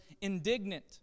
indignant